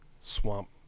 swamp